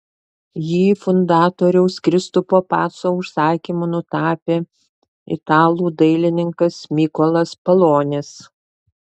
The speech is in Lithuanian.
jį fundatoriaus kristupo paco užsakymu nutapė italų dailininkas mykolas palonis